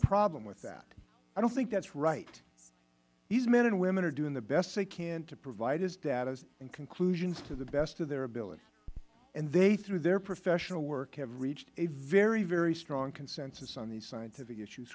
problem with that i don't think that is right these men and women are doing the best they can to provide us data and conclusions to the best of their ability and they through their professional work have reached a very very strong consensus on these scientific issues